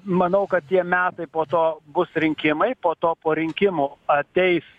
manau kad tie metai po to bus rinkimai po to po rinkimų ateis